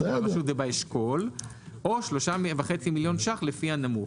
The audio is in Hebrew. לרשות ובאשכול או 3.5 מיליון ₪ פלי הנמוך.